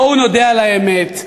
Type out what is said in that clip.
בואו נודה על האמת,